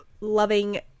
loving